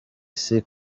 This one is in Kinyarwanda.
isi